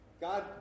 God